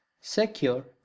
secure